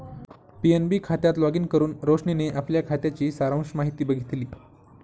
PNB खात्यात login करुन रोशनीने आपल्या खात्याची सारांश माहिती बघितली